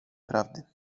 prawdy